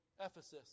Ephesus